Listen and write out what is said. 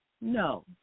No